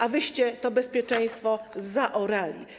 A wyście to bezpieczeństwo zaorali.